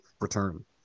return